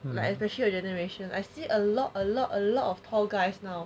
like especially your generation I see a lot a lot a lot of tall guys now